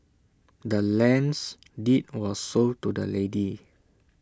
the land's deed was sold to the lady